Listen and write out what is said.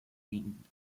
themed